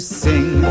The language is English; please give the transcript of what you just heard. sing